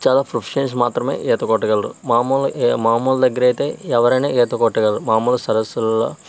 చాలా ప్రొఫషనల్స్ మాత్రమే ఈత కొట్టగలరు మాములు ఏ మామూలు దగ్గర అయితే ఎవరైనా ఈత కొట్టగలరు మామూలు సరస్సులలో